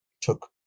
took